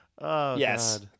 Yes